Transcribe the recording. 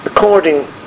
According